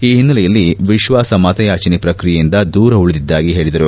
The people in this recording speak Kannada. ಈ ಹಿನ್ನೆಲೆಯಲ್ಲಿ ವಿಶ್ವಾಸಮತಯಾಚನೆ ಪ್ರಕ್ರಿಯೆಯಂದ ದೂರ ಉಳಿದಿದ್ದಾಗಿ ಹೇಳಿದರು